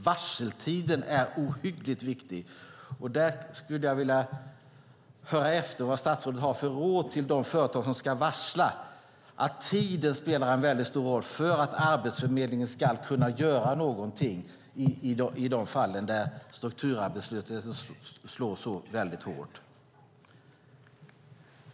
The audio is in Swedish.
Varseltiden är ohyggligt viktig. Jag skulle vilja höra vad statsrådet har för råd till de företag som ska varsla. Tiden spelar en mycket stor roll för att Arbetsförmedlingen ska kunna göra någonting i de fall strukturarbetslösheten slår så hårt.